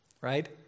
right